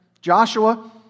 Joshua